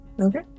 Okay